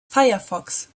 firefox